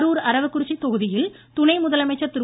கரூர் அரவக்குறிச்சி தொகுதியில் துணை முதலமைச்சர் திரு